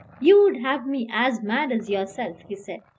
you would have me as mad as yourself, he said,